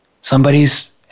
somebody's